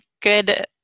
good